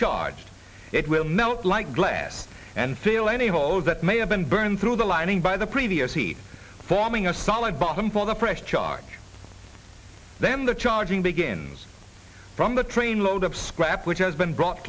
charged it will melt like glass and fill any holes that may have been burned through the lining by the previous heat forming a solid bottom for the fresh charge then the charging begins from the train load of scrap which has been brought